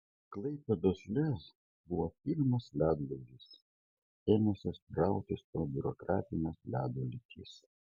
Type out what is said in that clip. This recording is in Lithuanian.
klaipėdos lez buvo pirmasis ledlaužis ėmęsis brautis pro biurokratines ledo lytis